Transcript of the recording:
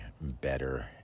better